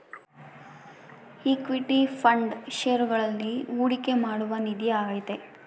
equity fund ಷೇರುಗಳಲ್ಲಿ ಹೂಡಿಕೆ ಮಾಡುವ ನಿಧಿ ಆಗೈತೆ